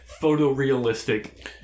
photorealistic